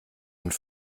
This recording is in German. und